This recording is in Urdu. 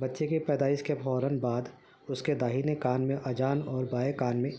بچے کی پیدائش کے فوراً بعد اس کے داہنے کان میں ازان اور بائیں کان میں